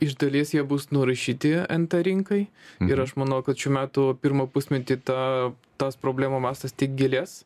iš dalies jie bus nurašyti nt rinkai ir aš manau kad šių metų pirmą pusmetį tą tas problemų mastas tik gilės